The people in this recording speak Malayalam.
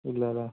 ഇല്ല അല്ലേ